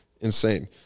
insane